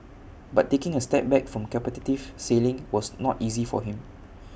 but taking A step back from competitive sailing was not easy for him